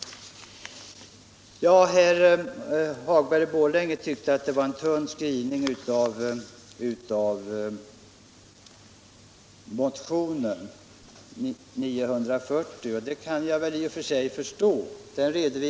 Herr Hagberg i Borlänge tyckte att motionen 940 hade en tunn skrivning, och det kan jag i och för sig förstå.